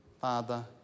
Father